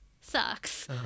sucks